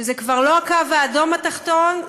שזה כבר לא הקו האדום התחתון,